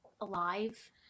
alive